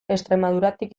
extremaduratik